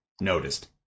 noticed